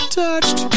touched